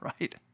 right